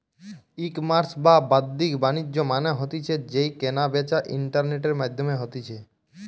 ecommerce বা বাদ্দিক বাণিজ্য মানে হতিছে যেই কেনা বেচা ইন্টারনেটের মাধ্যমে হতিছে